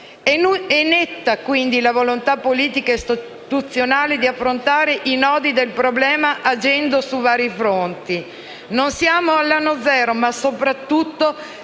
Netta è quindi la volontà politica e istituzionale di affrontare i nodi del problema agendo su vari fronti. Non siamo all'anno zero, ma soprattutto